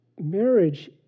marriage